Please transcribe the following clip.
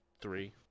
three